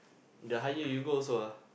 the higher you go also ah